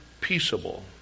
peaceable